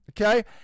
Okay